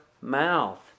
mouth